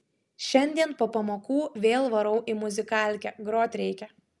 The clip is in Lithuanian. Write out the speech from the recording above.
šiandien po pamokų vėl varau į muzikalkę grot reikia